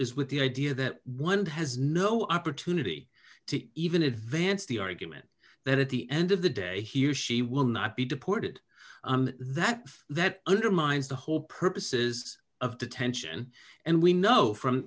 is with the idea that one has no opportunity to even advance the argument that at the end of the day he or she will not be deported that that undermines the whole purposes of detention and we know from